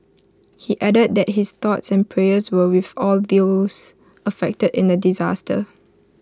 he added that his thoughts and prayers were with all those affected in the disaster